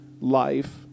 life